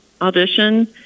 audition